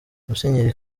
musenyeri